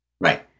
Right